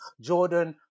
Jordan